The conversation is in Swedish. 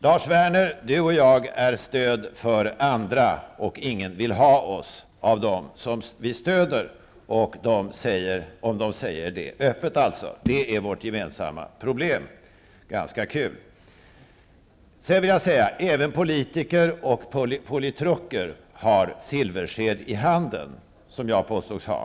Lars Werner och jag är stöd för andra, och vårt gemensamma problem är att ingen av dem som vi stödjer vill säga öppet att man vill ha oss. Även politiker och politruker har silversked i handen, såsom jag påstods ha.